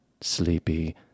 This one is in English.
Sleepy